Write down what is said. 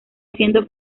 haciendo